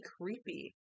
creepy